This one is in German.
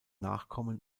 nachkommen